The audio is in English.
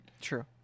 True